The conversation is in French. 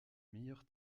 meilleurs